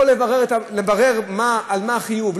הוא יברר על מה החיוב,